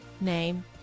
name